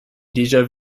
déjà